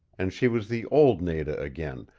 and she was the old nada again,